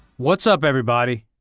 what's up everybody?